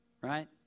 right